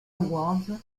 awards